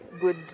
good